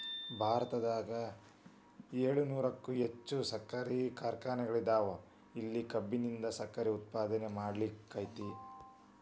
ಭಾರತದಾಗ ಏಳುನೂರಕ್ಕು ಹೆಚ್ಚ್ ಸಕ್ಕರಿ ಕಾರ್ಖಾನೆಗಳದಾವ, ಇಲ್ಲಿ ಕಬ್ಬಿನಿಂದ ಸಕ್ಕರೆ ಉತ್ಪಾದನೆ ಮಾಡ್ಲಾಕ್ಕೆತಿ